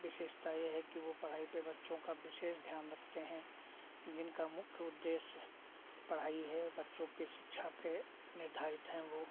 विशेषता ये है कि वो पढ़ाई पे बच्चों का विशेष ध्यान रखते हैं जिनका मुख्य उद्देश्य पढ़ाई है और बच्चों के शिक्षा पे निर्धारित हैं वो